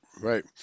Right